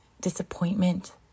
disappointment